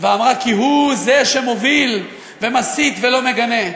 ואמרה כי הוא שמוביל ומסית ולא מגנה.